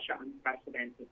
unprecedented